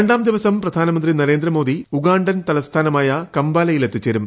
രണ്ടാം ദിവസം പ്രധാനമന്ത്രി നരേന്ദ്രമോദി ഉഗാണ്ടൻ തലസ്ഥാനമായ കമ്പാലയിൽ എത്തിച്ചേരും